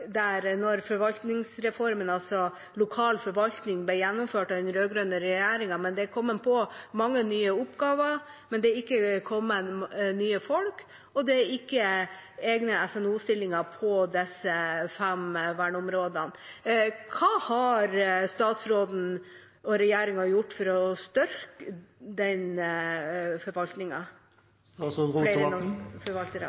der da forvaltningsreformen, altså lokal forvaltning, ble gjennomført av den rød-grønne regjeringa. Det er kommet til mange nye oppgaver, men ikke nye folk, og det er ikke egne SNO-stillinger for disse fem verneområdene. Hva har statsråden og regjeringa gjort for å styrke